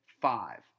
five